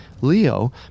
Leo